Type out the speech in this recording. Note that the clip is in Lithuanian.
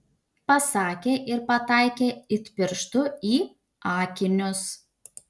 pasakė ir pataikė it pirštu į akinius